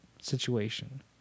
situation